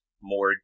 more